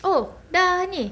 oh dah ni